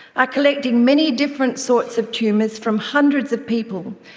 are collecting many different sorts of tumours from hundreds of people,